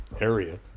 area